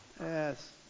Yes